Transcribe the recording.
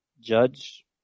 Judge